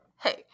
Hey